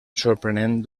sorprenent